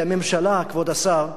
כי הממשלה, כבוד השר,